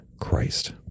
Christ